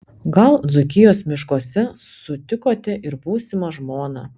gal dzūkijos miškuose sutikote ir būsimą žmoną